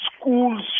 schools